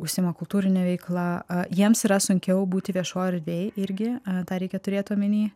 užsiima kultūrine veikla jiems yra sunkiau būti viešoj erdvėj irgi tą reikia turėt omenyje